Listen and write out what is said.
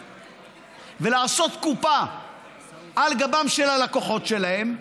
ולעשות קופה על גבם של הלקוחות שלהם.